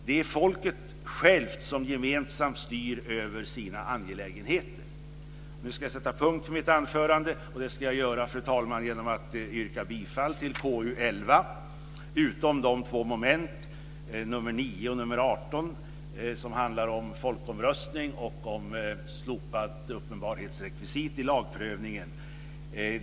Det är folket självt som gemensamt styr över sina angelägenheter. Nu ska jag sätta punkt för mitt anförande, och det ska jag göra genom att yrka bifall till hemställan i betänkandet KU11 utom när det gäller mom. 9 och mom. 18, som handlar om folkomröstning och om slopat uppenbarhetsrekvisit vid lagprövningen.